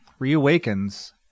reawakens